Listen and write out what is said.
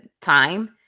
time